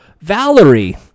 Valerie